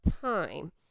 time